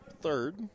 third